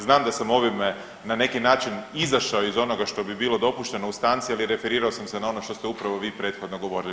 Znam da sam ovime na neki način izašao iz onoga što bi bilo dopušteno u stanci, ali referirao sam se na ono što ste upravo vi prethodno govorili.